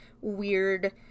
weird